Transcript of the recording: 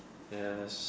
yes